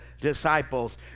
disciples